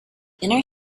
inner